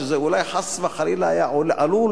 שאולי חס וחלילה זה עלול